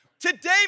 Today